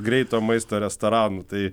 greito maisto restoranų tai